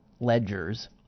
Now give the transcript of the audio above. Ledgers